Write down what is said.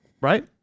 Right